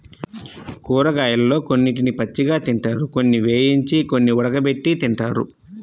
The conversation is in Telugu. కూరగాయలలో కొన్నిటిని పచ్చిగా తింటారు, కొన్ని వేయించి, కొన్ని ఉడకబెట్టి తింటారు